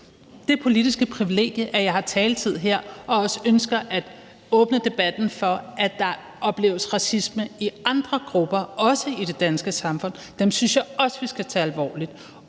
det politiske privilegie, at jeg har taletid her og også ønsker at åbne debatten for, at der i det danske samfund også opleves racisme i andre grupper, og dem synes jeg også vi skal tage alvorligt,